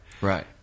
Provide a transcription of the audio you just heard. Right